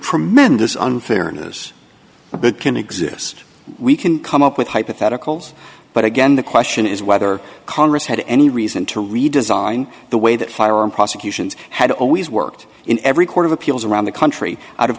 tremendous unfairness but can exist we can come up with hypotheticals but again the question is whether congress had any reason to redesign the way that firearm prosecutions had always worked in every court of appeals around the country out of